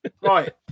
Right